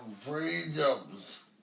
freedoms